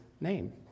name